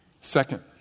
Second